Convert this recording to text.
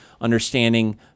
understanding